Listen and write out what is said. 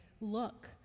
look